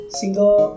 single